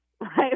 right